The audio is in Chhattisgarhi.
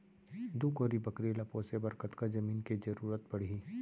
दू कोरी बकरी ला पोसे बर कतका जमीन के जरूरत पढही?